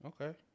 Okay